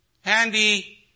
handy